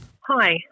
Hi